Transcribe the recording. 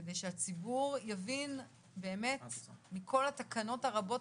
כדי שהציבור יבין באמת מכל התקנות הרבות,